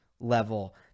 level